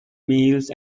meals